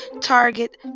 Target